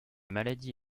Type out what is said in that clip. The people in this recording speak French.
maladie